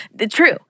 True